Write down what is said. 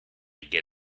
get